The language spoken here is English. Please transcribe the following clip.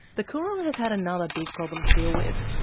the coorong and has had another big problem to deal with.